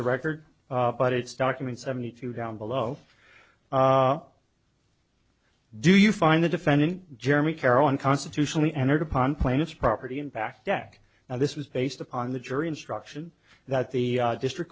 the record but it's document seventy two down below do you find the defendant jeremy carolyn constitutionally entered upon plaintiff's property and back deck now this was based upon the jury instruction that the district